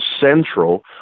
central